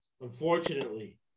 Unfortunately